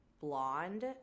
blonde